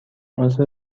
عضو